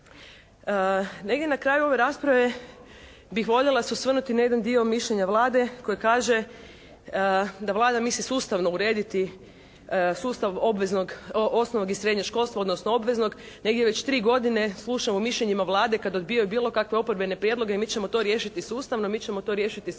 Negdje na kraju ove rasprave bih voljela se osvrnuti na jedan dio mišljenja Vlade koje kaže da Vlada misli sustavno urediti sustavnog obveznog, osnovnog i srednjeg školstva, odnosno obveznog. Negdje već 3 godine slušamo o mišljenima Vlade kad odbijaju bilo kakve oporbene prijedloge i mi ćemo to riješiti sustavno, mi ćemo to riješiti